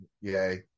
Yay